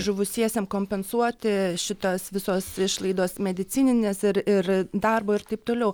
žuvusiesiem kompensuoti šitos visos išlaidos medicininės ir ir darbo ir taip toliau